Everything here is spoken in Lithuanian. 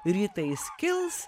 rytais kils